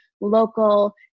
local